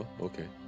okay